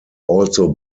also